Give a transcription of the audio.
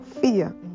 fear